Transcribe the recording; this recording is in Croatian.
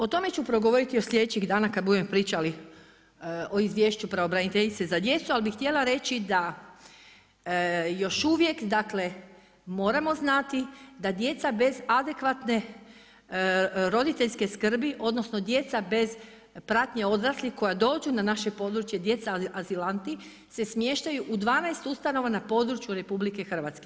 O tome ću progovoriti sljedećih dana kad budemo pričali o izvješću pravobraniteljice za djecu ali bi htjela reći da još uvijek moramo znati da djeca bez adekvatne roditeljske skrbi odnosno djeca bez pratnje odraslih koja dođu na naše područje, djeca azilanti se smještaju u 12 ustanova na području RH.